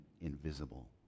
invisible